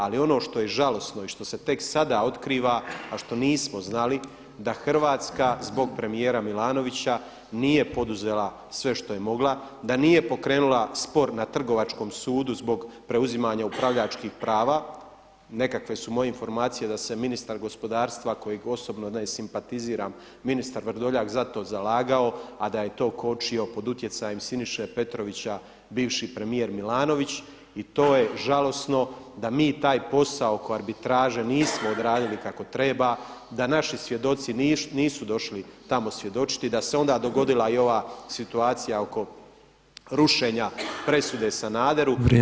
Ali ono što je žalosno i što se tek sada otkriva a što nismo znali da Hrvatska zbog premijera Milanovića nije poduzela sve što je mogla, da nije pokrenula spor na Trgovačkom sudu zbog preuzimanja upravljačkih prava, nekakve su moje informacije da se ministar gospodarstva kojeg osobno ne simpatiziram ministar Vrdoljak za to zalagao a da je to kočio pod utjecajem Siniše Petrovića bivši premijer Milanović i to je žalosno da mi taj posao oko arbitraže nismo odradili kako treba, da naši svjedoci nisu došli tamo svjedočiti, da se onda dogodila i ova situacija oko rušenja presude Sanaderu.